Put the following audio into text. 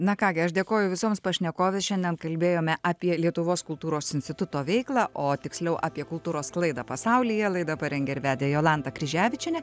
na ką gi aš dėkoju visoms pašnekovės šiandien kalbėjome apie lietuvos kultūros instituto veiklą o tiksliau apie kultūros sklaidą pasaulyje laidą parengė ir vedė jolanta kryževičienė